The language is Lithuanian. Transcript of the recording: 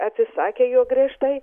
atsisakė jo griežtai